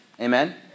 amen